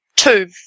Two